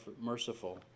merciful